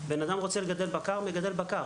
אדם שרוצה לגדל בקר פשוט יכול לגדל בקר.